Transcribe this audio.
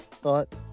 thought